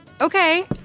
okay